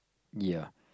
ya